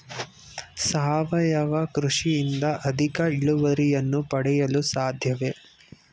ಸಾವಯವ ಕೃಷಿಯಿಂದ ಅಧಿಕ ಇಳುವರಿಯನ್ನು ಪಡೆಯಲು ಸಾಧ್ಯವೇ?